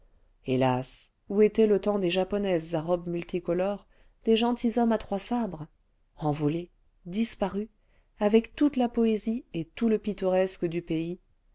hélas oh était le temps des japonaises à robes multicolores des gentilshommes à trois sabres envolé disparu avec tonte la poésie et tout le pittoresque du pays